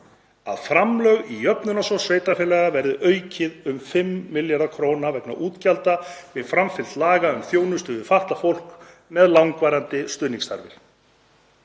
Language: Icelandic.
að framlag í Jöfnunarsjóð sveitarfélaga verði aukið um 5 milljarða kr. vegna útgjalda við framfylgd laga um þjónustu við fatlað fólk með langvarandi stuðningsþarfir.